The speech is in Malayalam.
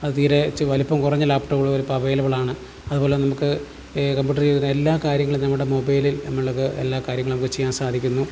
അതു തീരെ ഇച്ചിരി വലിപ്പം കുറഞ്ഞ ലാപ്ടോപ്പുകളും ഇപ്പോൾ അവൈലബിളാണ് അതുപോലെ നമുക്ക് ഈ കമ്പ്യൂട്ടറിൽ വരുന്ന എല്ലാ കാര്യങ്ങളും നമ്മുടെ മൊബൈലിൽ നമ്മൾക്ക് എല്ലാ കാര്യങ്ങളും നമുക്ക് ചെയ്യാൻ സാധിക്കുന്നു